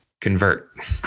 convert